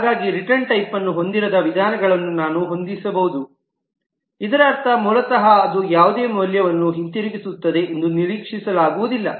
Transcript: ಹಾಗಾಗಿ return type ನ್ನು ಹೊಂದಿರದ ವಿಧಾನವನ್ನು ನಾನು ಹೊಂದಿರಬಹುದು ಇದರರ್ಥ ಮೂಲತಃ ಅದು ಯಾವುದೇ ಮೌಲ್ಯವನ್ನು ಹಿಂದಿರುಗಿಸುತ್ತದೆ ಎಂದು ನಿರೀಕ್ಷಿಸಲಾಗುವುದಿಲ್ಲ